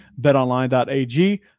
betonline.ag